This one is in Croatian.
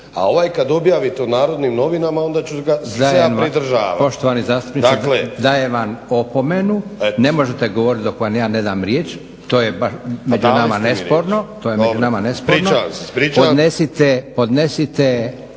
a ovaj kada objavite u Narodnim novinama onda ću ga se ja pridržavati. **Leko, Josip (SDP)** Poštovani zastupniče dajem vam opomenu. Ne možete govoriti dok vam ja ne dam riječ, to je baš među nama nesporno. Podnesite